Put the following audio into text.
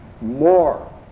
more